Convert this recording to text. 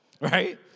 right